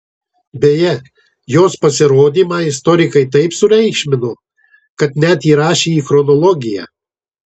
beje jos pasirodymą istorikai taip sureikšmino kad net įrašė į chronologiją